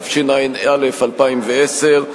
התשע"א 2010,